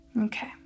Okay